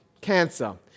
cancer